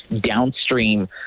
downstream